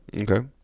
Okay